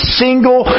single